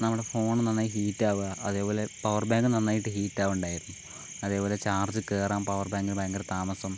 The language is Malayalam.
നമ്മുടെ ഫോൺ നന്നായി ഹീറ്റ് ആവുക അതേപോലെ പവർ ബേങ്ക് നന്നായിട്ട് ഹീറ്റ് ആകുന്നുണ്ടായിരുന്നു അതേപോലെ ചാർജ് കയറാൻ പവർ ബേങ്കിന് ഭയങ്കര താമസം